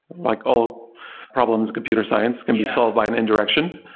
like all problems computer science can be solved by an indirection.